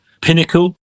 Pinnacle